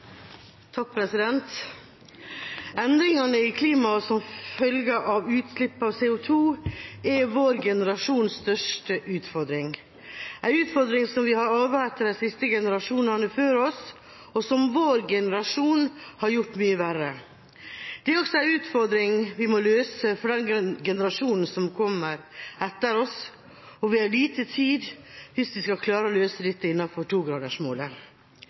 vår generasjons største utfordring – en utfordring som vi har arvet etter de siste generasjonene før oss, og som vår generasjon har gjort verre. Det er også en utfordring vi må løse for de generasjonene som kommer etter oss. Og vi har liten tid hvis vi skal klare å løse dette innenfor togradersmålet.